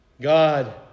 God